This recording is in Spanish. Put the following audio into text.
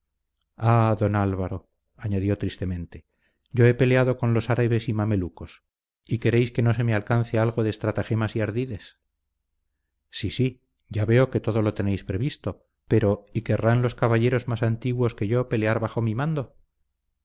don álvaro añadió tristemente yo he peleado con los árabes y mamelucos y queréis que no se me alcance algo de estratagemas y ardides sí sí ya veo que todo lo tenéis previsto pero y querrán los caballeros más antiguos que yo pelear bajo mi mando